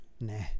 Nah